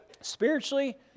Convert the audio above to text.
spiritually